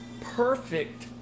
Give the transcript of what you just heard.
perfect